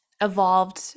evolved